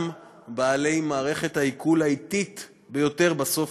גם בעלי מערכת העיכול האטית ביותר בסוף